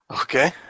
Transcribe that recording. Okay